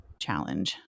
challenge